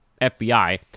FBI